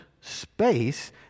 space